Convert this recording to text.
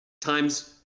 times